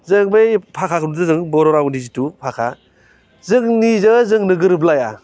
जों बै भासाखौ नुदों जों बर' रावनि जिथु भासा जोंनिजों जोंनो गोरोबलाया